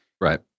Right